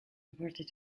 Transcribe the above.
reported